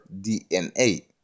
DNA